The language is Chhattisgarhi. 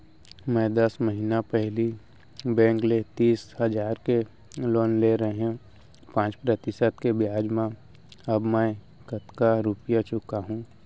मैं दस महिना पहिली बैंक ले तीस हजार के लोन ले रहेंव पाँच प्रतिशत के ब्याज म अब मैं कतका रुपिया चुका हूँ?